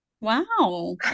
Wow